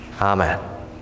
Amen